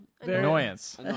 Annoyance